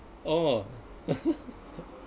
oh